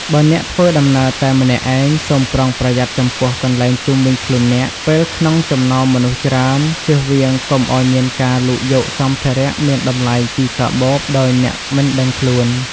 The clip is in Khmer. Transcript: បើអ្នកធ្វើដំណើរតែម្នាក់ឯង សូមប្រុងប្រយ័ត្នចំពោះកន្លែងជុំវិញខ្លួនអ្នក ពេលក្នុងចំណោមមនុស្សច្រើន ចៀសវាងកុំឱ្យមានការលូកយកសម្ភារៈមានតម្លៃពីកាបូបដោយអ្នកមិនដឹងខ្លួន។